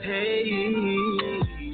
Hey